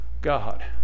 God